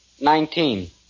Nineteen